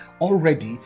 already